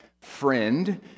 friend